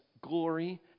glory